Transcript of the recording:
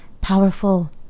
powerful